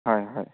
হয় হয়